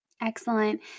Excellent